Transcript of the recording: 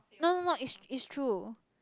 no no no it's it's true